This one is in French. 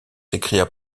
s’écria